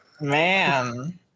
Man